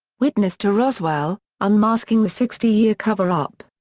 witness to roswell unmasking the sixty year cover-up.